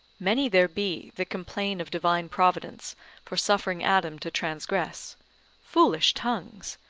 many there be that complain of divine providence for suffering adam to transgress foolish tongues!